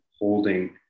holding